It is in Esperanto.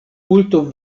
multon